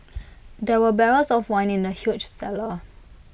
there were barrels of wine in the huge cellar